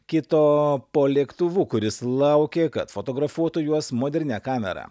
kito po lėktuvu kuris laukė kad fotografuotų juos modernia kamera